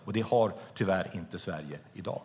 Sverige har tyvärr inte detta i dag.